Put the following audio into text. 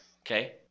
okay